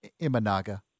Imanaga